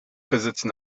besitzen